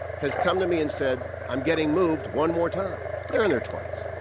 has come to me and said i'm getting moved one more time. they're in their twenty s.